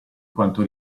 quanto